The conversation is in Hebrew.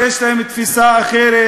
גם אלה שיש להם תפיסה אחרת,